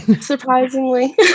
surprisingly